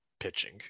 pitching